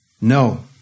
No